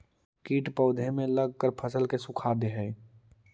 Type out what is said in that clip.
कीट पौधे में लगकर फसल को सुखा दे हई